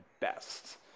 best